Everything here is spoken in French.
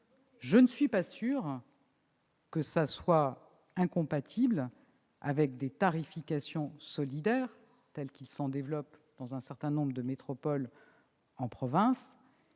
Je ne suis pas sûre que cela soit incompatible avec des tarifications solidaires, comme il s'en développe dans un certain nombre de métropoles en province,